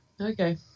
Okay